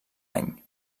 any